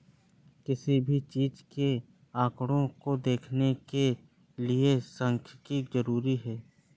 किसी भी चीज के आंकडों को देखने के लिये सांख्यिकी जरूरी हैं